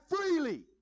freely